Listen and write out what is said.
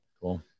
Cool